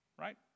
right